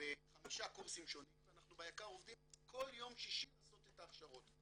בחמשה קורסים שונים ואנחנו ביק"ר עובדים כל יום שישי לעשות את ההכשרות.